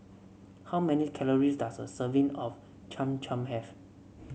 how many calories does a serving of Cham Cham have